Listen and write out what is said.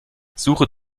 suche